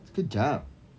sekejap